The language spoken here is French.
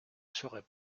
serait